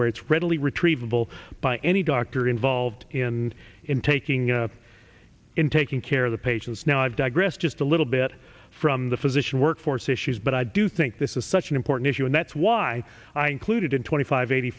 where it's readily retrievable by any doctor involved in in taking up in taking care of the patients now i've digressed just a little bit from the physician workforce issues but i do think this is such an important issue and that's why i included in twenty five eighty